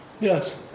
Yes